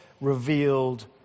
revealed